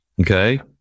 okay